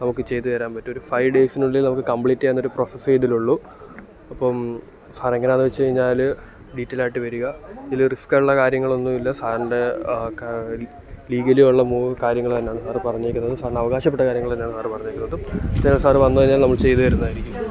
നമുക്ക് ചെയ്തുതരാൻ പറ്റും ഒരു ഫൈവ് ഡെയ്സിനുള്ളിൽ നമുക്ക് കംപ്ലീറ്റ് ചെയ്യാവുന്ന ഒരു പ്രൊസസ്സേ ഇതിലുളളൂ അപ്പം സാറെങ്ങനെയാണെന്ന് വെച്ചുകഴിഞ്ഞാൽ ഡീറ്റെയിലായിട്ട് വരിക ഇതിൽ റിസ്ക്കുള്ള കാര്യങ്ങളൊന്നും ഇല്ല സാറിൻ്റെ ലീഗലി ഉള്ള മൂന്ന് കാര്യങ്ങൾ തന്നെയാണ് സാറ് പറഞ്ഞിരിക്കുന്നത് സാറിന് അവകാശപ്പെട്ട കാര്യങ്ങൾ തന്നെയാണ് സാറ് പറഞ്ഞിരിക്കുന്നതും പിന്നെ സാറ് വന്നുകഴിഞ്ഞാൽ നമ്മൾ ചെയ്തുതരുന്നതായിരിക്കും